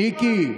מיקי,